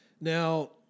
Now